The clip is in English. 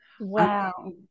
Wow